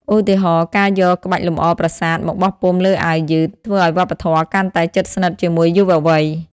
ឧទាហរណ៍ ការយក ក្បាច់លម្អប្រាសាទ មកបោះពុម្ពលើអាវយឺត ធ្វើឱ្យវប្បធម៌កាន់តែជិតស្និទ្ធជាមួយយុវវ័យ។